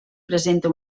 presenta